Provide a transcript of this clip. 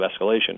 escalation